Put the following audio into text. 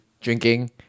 drinking